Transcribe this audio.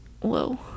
whoa